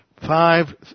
five